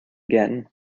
again